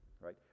right